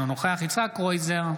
אינו נוכח יצחק קרויזר,